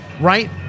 right